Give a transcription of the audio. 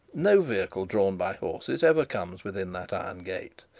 no vehicle drawn by horses ever comes within that iron gate.